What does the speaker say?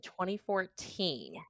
2014